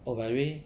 oh by the way